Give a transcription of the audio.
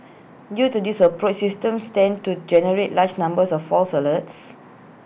due to this approaches systems tend to generate large numbers of false alerts